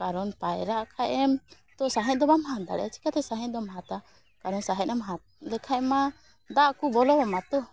ᱠᱟᱨᱚᱱ ᱯᱟᱭᱨᱟᱜ ᱠᱷᱟᱡᱮᱢ ᱛᱚ ᱥᱟᱸᱦᱮᱫ ᱫᱚ ᱵᱟᱢ ᱦᱟᱛ ᱫᱟᱲᱮᱜᱼᱟ ᱪᱮᱠᱟᱛᱮ ᱥᱟᱸᱦᱮᱫ ᱫᱚᱢ ᱦᱟᱛᱟ ᱠᱟᱨᱚᱱ ᱥᱟᱸᱦᱮᱫᱮᱢ ᱦᱟᱛᱟᱣ ᱞᱮᱠᱷᱟᱡ ᱢᱟ ᱫᱟᱜ ᱠᱩ ᱵᱚᱞᱚᱣ ᱟᱢᱟ ᱛᱚ